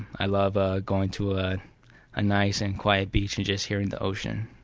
i love ah going to ah a nice and quiet beach and just hearing the ocean.